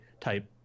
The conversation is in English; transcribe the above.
type